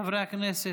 חברי הכנסת,